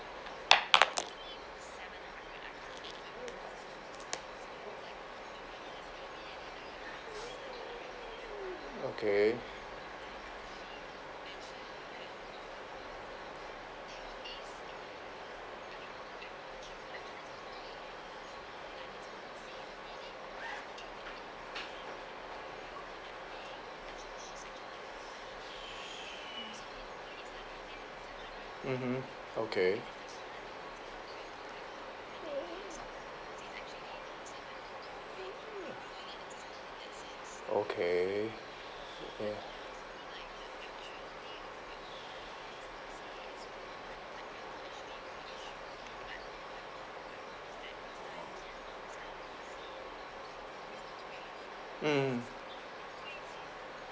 okay mmhmm okay okay ya mm